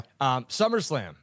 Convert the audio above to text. SummerSlam